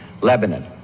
Lebanon